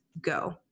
go